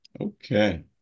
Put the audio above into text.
Okay